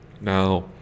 Now